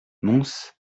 mons